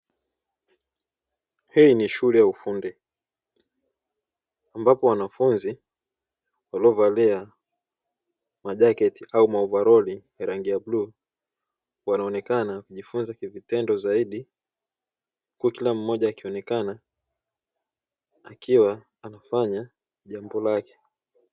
Hii ni shule ya ufundi . Ambapo wanafunzi walio valia majaketi au maovalori ya rangi ya bluu, wanaonekana kujifunza kivitendo zaidi, huku kila mmoja akionekana akiwa anafanya jambo lake.